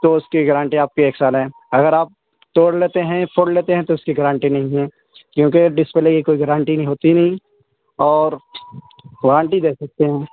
تو اس کی گارنٹی آپ کی ایک سال ہے اگر آپ توڑ لیتے ہیں پھوڑ لیتے ہیں تو اس کی گارنٹی نہیں ہے کیونکہ ڈسپلے کی کوئی گارنٹی ہوتی نہیں اور وارنٹی دے سکتے ہیں